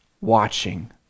watching